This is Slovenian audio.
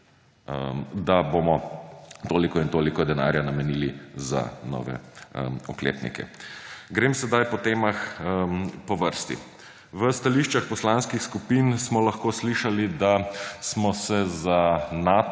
da bomo toliko in toliko denarja namenili za nove oklepnike. Grem sedaj po temah po vrsti. V stališčih poslanskih skupin smo lahko slišali, da smo se za Nato